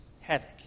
havoc